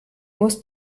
muss